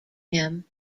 him